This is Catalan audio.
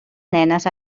nenes